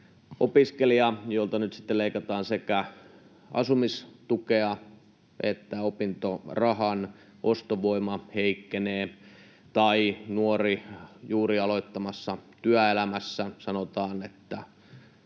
Opiskelijalla, jolta nyt sitten leikataan sekä asumistukea että opintorahaa, ostovoima heikkenee, tai nuorelle, joka on juuri aloittamassa työelämässä, sanotaan, että